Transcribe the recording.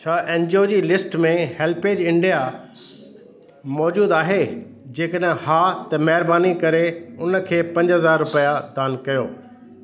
छा N G O जी list में हेल्पेज इंडिया मौजूदु आहे जंहिंकॾहिं हा त महिरबानी करे उनखे पंज हज़ार रुपिया दान कयो